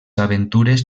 aventures